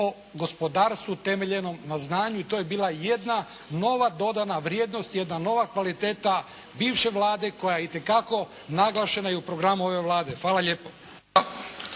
o gospodarstvu utemeljenom na znanju i to je bila jedna nova dodana vrijednost, jedna nova kvaliteta bivše Vlade koja je itekako naglašena i u programu ove Vlade. Hvala lijepo.